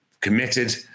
committed